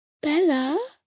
Bella